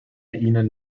ihnen